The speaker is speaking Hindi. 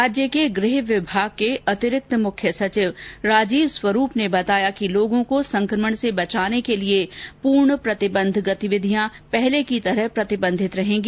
राज्य के गूह विभाग के अतिरिक्त मुख्य सचिव राजीव स्वरूप ने बताया कि लोगों को संक्रमण से बचाने के लिये पूर्ण प्रतिबंधित गतिविधियां पहले की तरह प्रतिबंधित रहेंगी